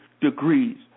degrees